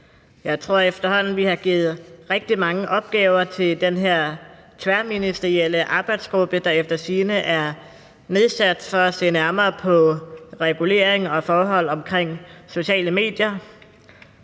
Jeg tror efterhånden, vi har givet rigtig mange opgaver til den her tværministerielle arbejdsgruppe, der efter sigende er nedsat for at se nærmere på regulering af og forhold omkring sociale medier.